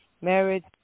married